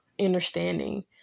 understanding